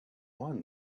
won